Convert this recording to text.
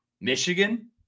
Michigan